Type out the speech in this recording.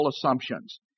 assumptions